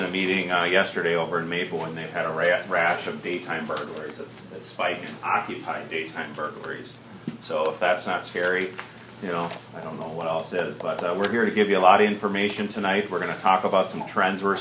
in a meeting on yesterday over maple and they had a riot rash of daytime burglaries spiked occupy daytime burglaries so that's not scary you know i don't know what else is but we're here to give you a lot of information tonight we're going to talk about some trends were